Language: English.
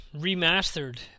remastered